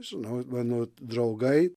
žinau mano draugai